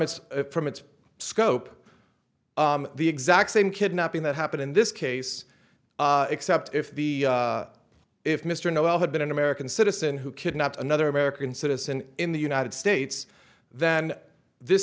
its from its scope the exact same kidnapping that happened in this case except if the if mr noel had been an american citizen who kidnapped another american citizen in the united states that and this